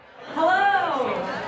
Hello